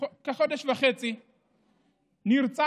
כחודש וחצי נרצח